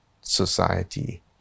society